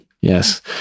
Yes